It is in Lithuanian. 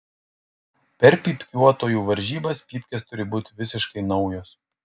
per pypkiuotojų varžybas pypkės turi būti visiškai naujos